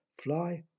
fly